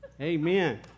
Amen